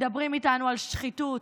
מדברים איתנו על שחיתות.